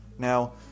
Now